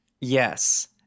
Yes